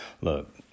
Look